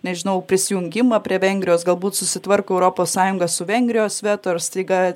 nežinau prisijungimą prie vengrijos galbūt susitvarko europos sąjunga su vengrijos veto ir staiga